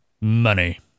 money